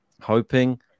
Hoping